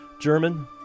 German